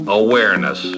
awareness